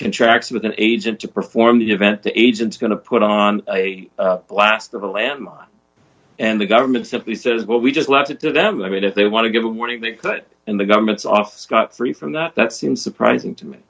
contracts with an agent to perform the event the agents going to put on a blast of a lamb and the government simply says well we just left it to them i mean if they want to give a warning they cut in the governments off scot free from that that seems surprising to me